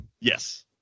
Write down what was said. Yes